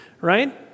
right